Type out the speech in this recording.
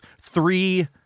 three